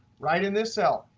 right in this cell,